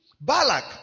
Balak